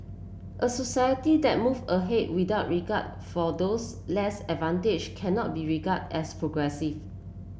a society that move ahead without regard for those less advantaged cannot be regarded as progressive